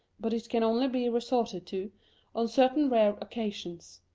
but it can only be resorted to on certain rare occasions.